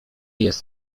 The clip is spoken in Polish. jest